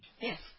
Yes